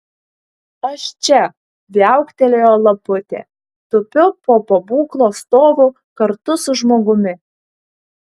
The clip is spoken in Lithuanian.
aš čia viauktelėjo laputė tupiu po pabūklo stovu kartu su žmogumi